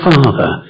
Father